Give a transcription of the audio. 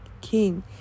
king